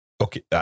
okay